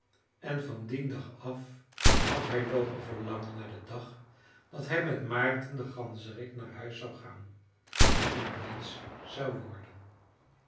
en van dien dag af had hij loopen verlangen naar den dag dat hij met maarten den ganzerik naar huis zou gaan en een mensch zou worden